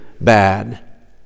bad